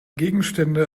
gegenstände